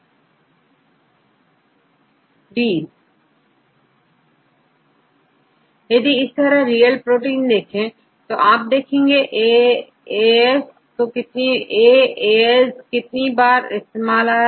इस तरह यदि आप रियल प्रोटीन देखें अब यहां आप नंबर देखेंAA s तो कितनी बार A आया है